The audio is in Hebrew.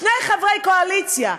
שני חברי קואליציה,